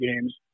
games